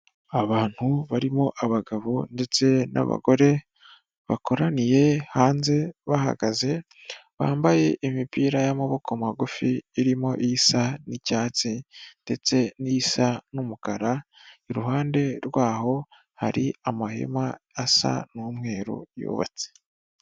Abantu barimo abagabo ndetse n'abagore bakoraniye hanze bahagaze, bambaye imipira y'amaboko magufi irimo isa n'icyatsi ndetse n'isa n'umukara, iruhande rwaho hari amahema asa n'umweru yubatse.